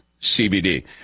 CBD